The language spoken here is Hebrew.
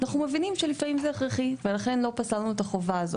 אנחנו מבינים שלפעמים זה הכרחי ולכן לא פסלנו את החובה הזאת.